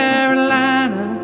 Carolina